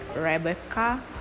Rebecca